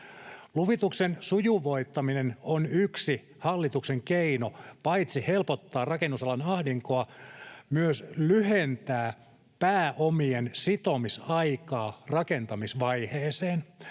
Luvituksen sujuvoittaminen on yksi hallituksen keino paitsi helpottaa rakennusalan ahdinkoa myös lyhentää pääomien sitomisaikaa rakentamisvaiheeseen.